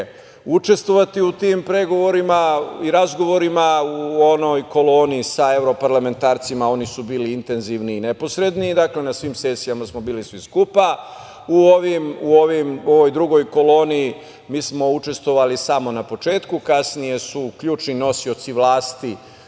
učestvovati u tim pregovorima i razgovorima u onoj koloni sa evroparlamentarcima, oni su bili intenzivni i neposredni. Dakle, na svim sesijama smo bili svi skupa. U ovoj drugoj koloni mi smo učestvovali samo na početku, kasnije su ključni nosioci vlasti